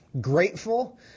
grateful